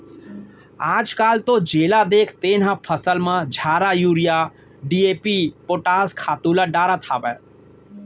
आजकाल तो जेला देख तेन हर फसल म झारा यूरिया, डी.ए.पी, पोटास खातू ल डारत हावय